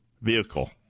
vehicle